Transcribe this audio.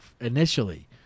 Initially